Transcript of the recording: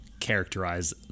characterize